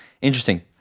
Interesting